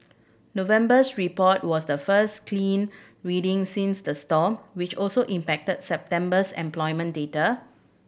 November's report was the first clean reading since the storm which also impacted September's employment data